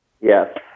Yes